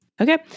Okay